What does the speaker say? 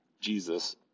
Jesus